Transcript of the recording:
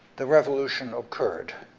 the revolution occurred.